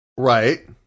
Right